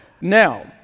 Now